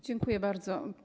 Dziękuję bardzo.